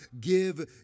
give